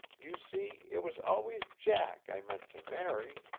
you see it was always jack i meant to marry.